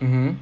mmhmm